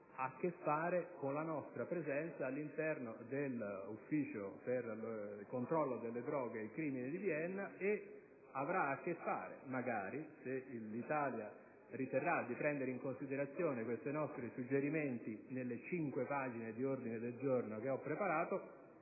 a che fare con la nostra presenza all'interno dell'Ufficio delle Nazioni Unite per il controllo della droga e la prevenzione del crimine di Vienna e avrà a che fare magari, se l'Italia riterrà di prendere in considerazione questi nostri suggerimenti contenutinelle cinque pagine di ordine del giorno che ho preparato